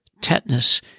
tetanus